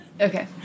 Okay